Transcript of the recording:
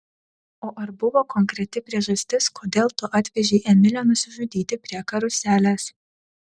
o ar buvo konkreti priežastis kodėl tu atvežei emilę nusižudyti prie karuselės